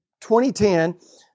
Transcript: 2010